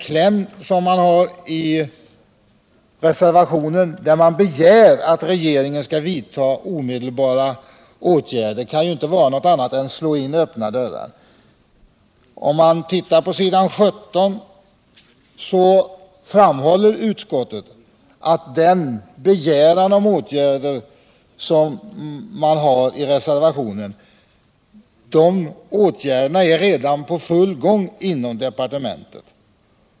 Klämmen i reservationen, där man begär att regeringen skall vidta omedelbara åtgärder, är inte någonting annat än ett försök att slå in öppna dörrar. På s. 17 framhåller utskottet att de åtgärder som begärs i reservationen redan är i full gång inom departementet.